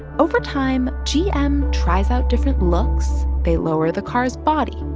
over time, gm tries out different looks. they lower the car's body.